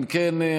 אם כן,